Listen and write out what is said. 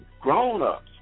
grown-ups